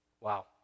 Wow